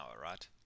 right